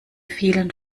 vielen